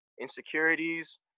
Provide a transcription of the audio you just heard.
insecurities